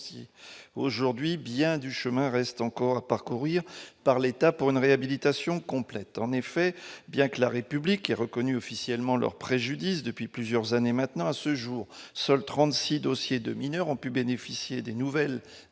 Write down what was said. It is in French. aujourd'hui bien du chemin reste encore à parcourir par l'État pour une réhabilitation complète, en effet, bien que la République est reconnu officiellement leur préjudice depuis plusieurs années maintenant, à ce jour, seuls 36 dossiers de mineurs ont pu bénéficier des nouvelles dispositions